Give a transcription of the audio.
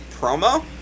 promo